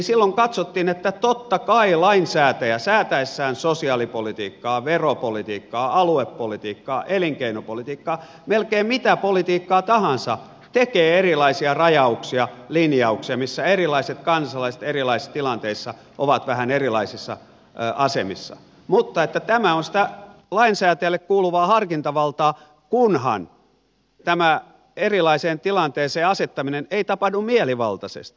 silloin katsottiin että totta kai lainsäätäjä säätäessään sosiaalipolitiikkaa veropolitiikkaa aluepolitiikkaa elinkeinopolitiikkaa melkein mitä politiikkaa tahansa tekee erilaisia rajauksia linjauksia missä erilaiset kansalaiset erilaisissa tilanteissa ovat vähän erilaisissa asemissa mutta että tämä on sitä lainsäätäjälle kuuluvaa harkintavaltaa kunhan tämä erilaiseen tilanteeseen asettaminen ei tapahdu mielivaltaisesti